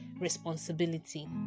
responsibility